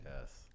Yes